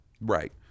Right